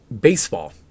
baseball